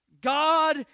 God